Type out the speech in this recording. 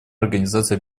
организации